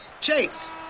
Chase